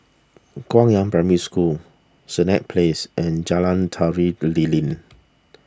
Guangyang Primary School Senett Place and Jalan Tari Lilin